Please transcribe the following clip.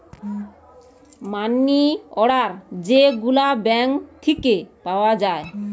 মানি order যে গুলা bank থিকে পাওয়া যায়